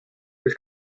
del